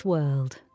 World